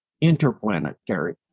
interplanetary